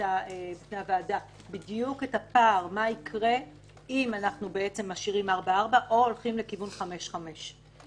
מה יקרה אם אנחנו משאירים ארבע ארבע או הולכים לכיוון חמש חמש,